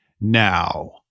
now